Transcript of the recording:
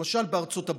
למשל בארצות הברית,